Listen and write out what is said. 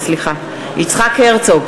יצחק הרצוג,